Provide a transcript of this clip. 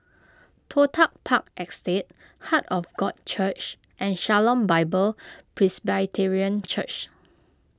Toh Tuck Park Estate Heart of God Church and Shalom Bible Presbyterian Church